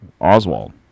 Oswald